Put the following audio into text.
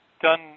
done